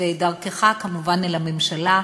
ודרכך, כמובן, אל הממשלה,